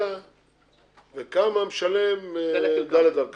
וכמה משלם דליית אל כרמל.